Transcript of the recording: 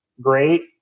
great